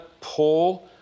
pull